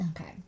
Okay